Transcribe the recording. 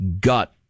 gut